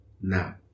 now